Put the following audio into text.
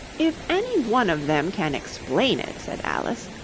if any one of them can explain it said alice,